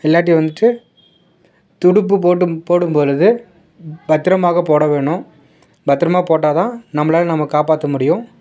இல்லாட்டி வந்துட்டு துடுப்பு போட்டு போடும் பொழுது பத்திரமாக போட வேணும் பத்திரமாக போட்டால்தான் நம்மளால் நம்ம காப்பாற்ற முடியும்